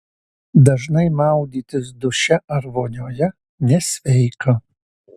dažnai maudytis duše ar vonioje nesveika